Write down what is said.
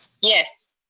yes.